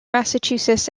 massachusetts